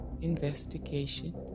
investigation